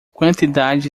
quantidade